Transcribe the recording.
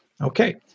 Okay